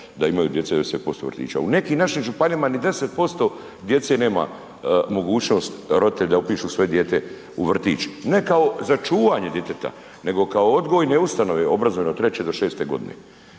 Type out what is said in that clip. da imaju djeca 90% vrtića. U nekim našim županijama ni 10% djece nema mogućnost roditelji da upišu svoje dijete u vrtić, ne kao za čuvanje za djeteta nego kao odgojne ustanove obrazovne od 3 do 6 godine.